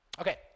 Okay